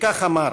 שכך אמר: